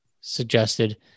suggested